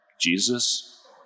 Jesus